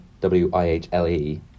W-I-H-L-E